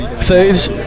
Sage